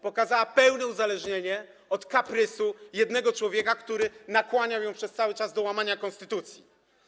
Pokazała pełne uzależnienie od kaprysu jednego człowieka, który nakłaniał ją przez cały czas do łamania konstytucji.